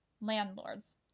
landlords